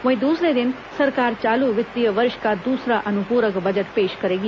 वहीं दूसरे दिन सरकार चालू वित्तीय वर्ष का दूसरा अनुपूरक बजट पेश करेगी